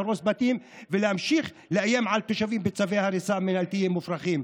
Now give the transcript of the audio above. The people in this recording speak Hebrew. להרוס בתים ולהמשך לאיים על תושבים בצווי הריסה מינהלתיים מופרכים.